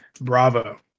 Bravo